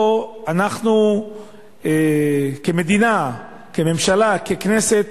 פה, אנחנו כמדינה, כממשלה, ככנסת,